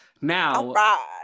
Now